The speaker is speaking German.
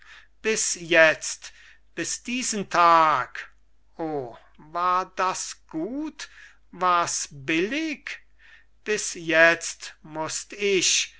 bis jetzt bis diesen tag o war das gut wars billig bis jetzt mußt ich